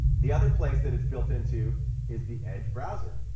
the other place that it's built into is the edge browser.